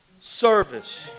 service